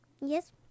Yes